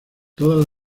todas